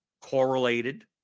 correlated